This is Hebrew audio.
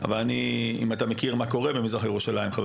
אם אתה מכיר את מה שקורה במזרח ירושלים.